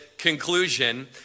Conclusion